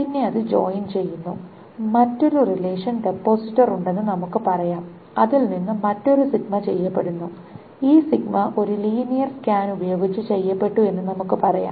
പിന്നെ അത് ജോയിൻ ചെയ്യുന്നു മറ്റൊരു റിലേഷൻ ഡെപ്പോസിറ്റർ ഉണ്ടെന്ന് നമുക്ക് പറയാം അതിൽ നിന്ന് മറ്റൊരു ചെയ്യപ്പെടുന്നു ഈ ഒരു ലീനിയർ സ്കാൻ ഉപയോഗിച്ച് ചെയ്യപ്പെട്ടു എന്ന് നമുക്ക് പറയാം